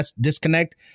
disconnect